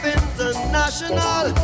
international